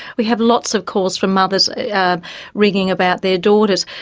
we have lots of calls from mothers ringing about their daughters.